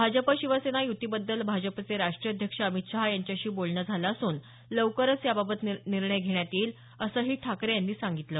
भाजप शिवसेना युतीबद्दल भाजपचे राष्ट्रीय अध्यक्ष अमित शहा यांच्याशी बोलणं झालं असून लवकरच याबाबत निर्णय घेण्यात येईल असंही ठाकरे यांनी सांगितलं